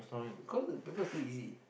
of course the paper so easy